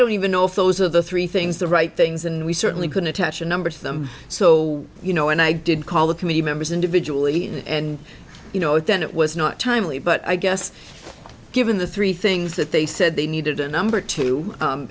don't even know if those are the three things the right things and we certainly couldn't touch a number of them so you know and i did call the committee members individually and you know it then it was not timely but i guess given the three things that they said they needed a number to